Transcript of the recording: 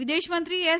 વિદેશમંત્રી એસ